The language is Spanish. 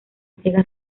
sega